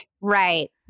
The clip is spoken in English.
right